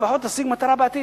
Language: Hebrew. לפחות תשיג מטרה בעתיד.